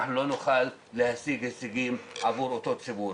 אנחנו לא נוכל להשיג הישגים עבור אותו ציבור.